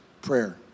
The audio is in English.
prayer